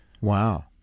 Wow